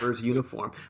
uniform